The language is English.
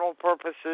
purposes